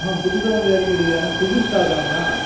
ஆ புதுசா வந்து இறங்கிருக்குதாண்ணா புது ஸ்டாக்காங்கண்ணா